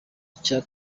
icya